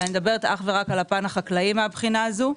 אני מדברת אך ורק על הפן החקלאי, מהבחינה הזו.